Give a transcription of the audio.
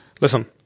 Listen